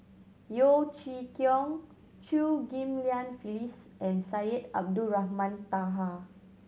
Yeo Chee Kiong Chew Ghim Lian Phyllis and Syed Abdulrahman Taha